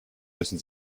müssen